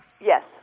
Yes